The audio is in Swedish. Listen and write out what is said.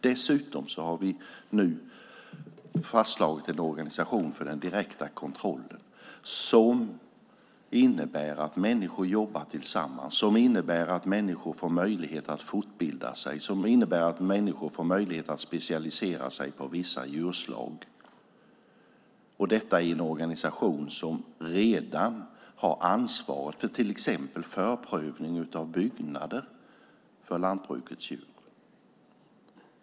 Dessutom har vi nu fastslagit en organisation för den direkta kontrollen som innebär att människor jobbar tillsammans, som innebär att människor får möjlighet att fortbilda sig, som innebär att människor får möjlighet att specialisera sig på vissa djurslag, detta i en organisation som redan har ansvaret för till exempel förprövning av byggnader för lantbrukets djur.